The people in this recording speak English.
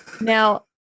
Now